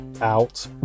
out